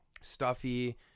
stuffy